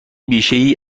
بیشهای